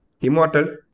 immortal